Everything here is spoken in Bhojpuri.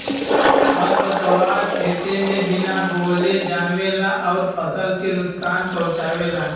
खरपतवार खेते में बिना बोअले जामेला अउर फसल के नुकसान पहुँचावेला